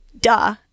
duh